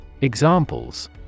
Examples